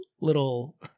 little